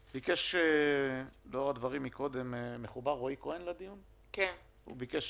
לאור הדברים קודם, רועי כהן ביקש